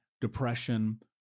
depression